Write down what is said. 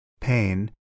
Pain